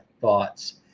thoughts